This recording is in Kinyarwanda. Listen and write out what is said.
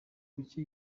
kuki